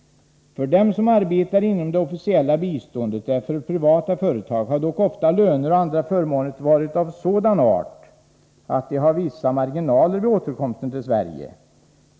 För dem som arbetat inom det officiella biståndet eller för privata företag har dock ofta löner och andra förmåner varit av sådant slag att de har vissa marginaler vid återkomsten till Sverige.